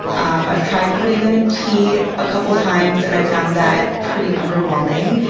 um i've tried putting them in tea a couple times, and i found that pretty underwhelming,